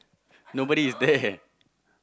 nobody is there